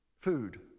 Food